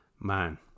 man